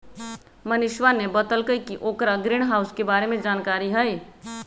मनीषवा ने बतल कई कि ओकरा ग्रीनहाउस के बारे में जानकारी हई